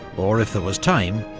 or if there was time,